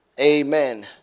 Amen